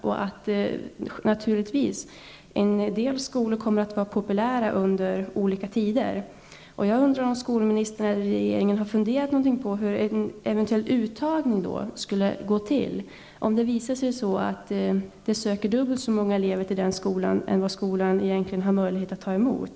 En del skolor kommer naturligtvis att vara populära under olika tider. Jag undrar om skolministern eller regeringen har funderat på hur en eventuell uttagning skulle gå till om det visar sig att det till en skola söker sig dubbelt så många elever som vad skolan egentligen har möjlighet att ta emot.